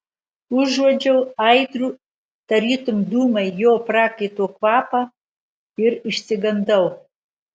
užuodžiau aitrų tarytum dūmai jo prakaito kvapą ir išsigandau